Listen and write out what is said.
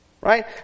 Right